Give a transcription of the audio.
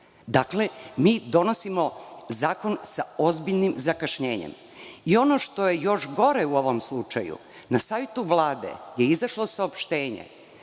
Dakle, donosimo zakon sa ozbiljnim zakašnjenjem. Ono što je još gore u ovom slučaju, na sajtu Vlade je izašlo saopštenje